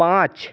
পাঁচ